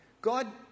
God